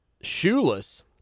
Shoeless